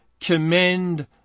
commend